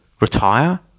retire